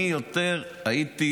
אני יותר הייתי,